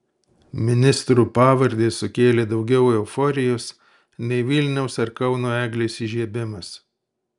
ministrų pavardės sukėlė daugiau euforijos nei vilniaus ar kauno eglės įžiebimas